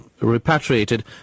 repatriated